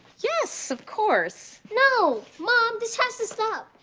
yes, of course! no! mom this has to stop!